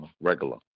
regular